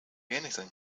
anything